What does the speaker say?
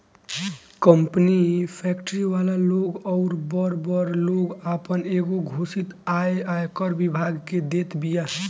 company, factory वाला लोग अउरी बड़ बड़ लोग आपन एगो घोषित आय आयकर विभाग के देत बिया